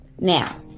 Now